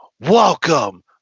welcome